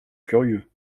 curieux